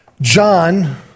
John